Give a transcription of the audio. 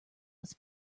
was